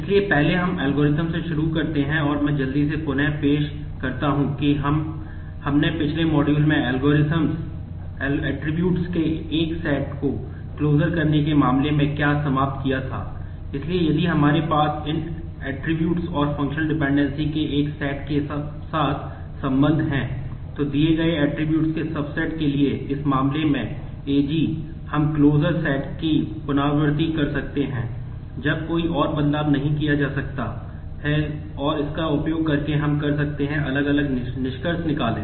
इसलिए पहले हम एल्गोरिदम की पुनरावृत्ति कर सकते हैं जब कोई और बदलाव नहीं किया जा सकता है और इसका उपयोग करके हम कर सकते हैं अलग अलग निष्कर्ष निकालें